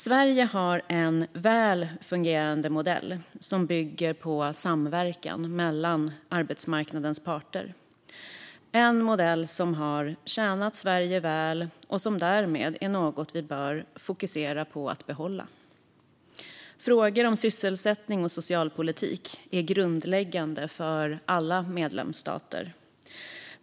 Sverige har en välfungerande modell som bygger på samverkan mellan arbetsmarknadens parter. Det är en modell som tjänar och har tjänat Sverige väl och som därmed är något vi bör fokusera på att behålla. Frågor om sysselsättning och socialpolitik är grundläggande för alla medlemsstater.